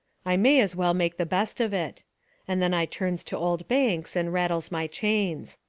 i may as well make the best of it and then i turns to old banks and rattles my chains.